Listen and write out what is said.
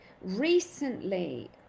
recently